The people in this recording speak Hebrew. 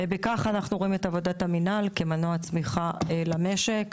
בכך אנחנו רואים את עבודת המנהל כמנוע צמיחה למשק.